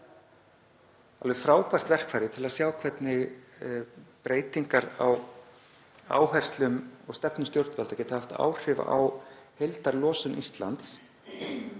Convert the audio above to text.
sitt, frábært verkfæri til að sjá hvernig breytingar á áherslum og stefnu stjórnvalda geta haft áhrif á heildarlosun Íslands.